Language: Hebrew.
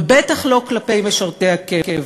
ובטח לא כלפי משרתי הקבע.